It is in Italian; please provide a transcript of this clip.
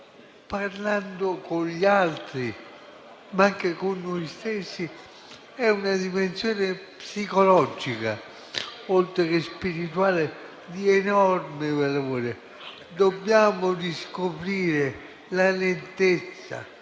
parlando con gli altri, ma anche con noi stessi, è una dimensione psicologica, oltre che spirituale, di enorme valore. Dobbiamo riscoprire la lentezza,